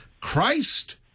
christ